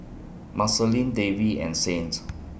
Marceline Davy and Saint